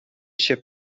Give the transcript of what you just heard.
się